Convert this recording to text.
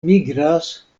migras